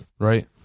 Right